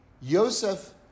Yosef